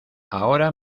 ahora